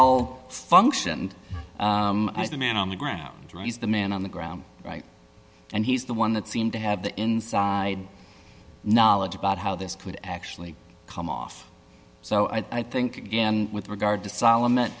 all functioned as the man on the ground drew is the man on the ground right and he's the one that seemed to have the inside knowledge about how this could actually come off so i think again with regard to solomon